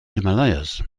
himalayas